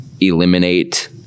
eliminate